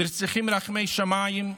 צריכים רחמי שמיים,